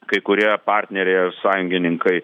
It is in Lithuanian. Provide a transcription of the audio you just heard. kai kurie partneriai ar sąjungininkai